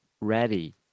ready